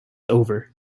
over